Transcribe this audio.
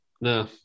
no